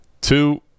Two